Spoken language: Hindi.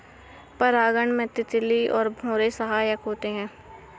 परागण में तितली और भौरे सहायक होते है